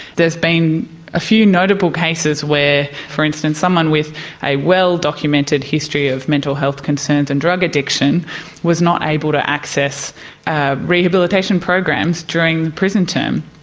there has been a few notable cases where, for instance, someone with a well-documented history of mental health concerns and drug addiction was not able to access ah rehabilitation programs during the prison term,